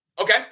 Okay